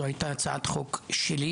זאת הייתה הצעת חוק שלי